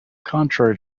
contrary